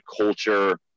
culture